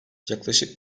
yaklaşık